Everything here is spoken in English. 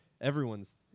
everyone's